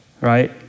Right